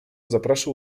zapraszał